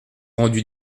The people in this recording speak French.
rendu